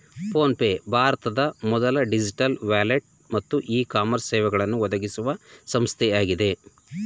phone pay ಭಾರತದ ಮೊದಲ digital wallet ಮತ್ತು ಇ ಕಾಮರ್ಸ್ ಸೇವೆಗಳನ್ನು ಒದಗಿಸುವ ಸಂಸ್ಥೆಯಾಗಿದೆ